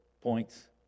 points